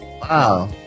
Wow